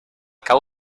cau